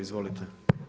Izvolite.